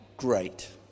great